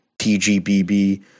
TGBB